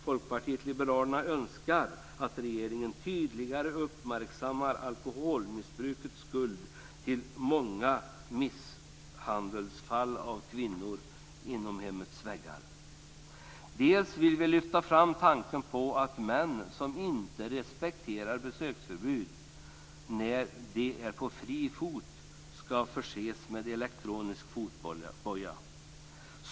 Folkpartiet liberalerna önskar att regeringen tydligare uppmärksammar alkoholmissbrukets skuld till många misshandelsfall av kvinnor inom hemmets väggar. Vi vill också lyfta fram tanken på att män som inte respekterar besöksförbud när de är på fri fot ska förses med elektronisk fotboja.